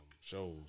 shows